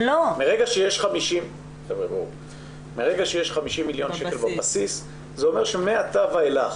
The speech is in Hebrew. ברגע שיש 50 מיליון שקל בבסיס זה אומר שמעתה ואילך